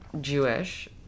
Jewish